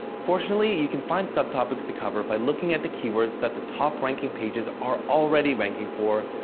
fortunately, you can find subtopics to cover by looking at the keywords that the top ranking pages are already ranking for,